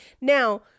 Now